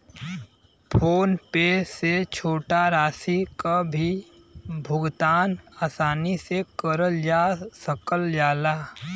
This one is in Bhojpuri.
फोन पे से छोटा राशि क भी भुगतान आसानी से करल जा सकल जाला